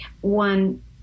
one